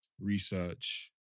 research